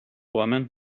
woman